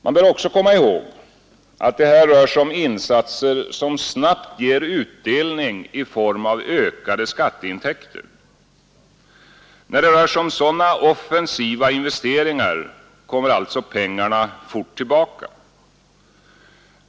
Man bör också komma ihåg, att det här rör sig om insatser som snabbt ger utdelning i form av ökade skatteintäkter. När det rör sig om sådana offensiva investeringar kommer alltså pengarna fort tillbaka.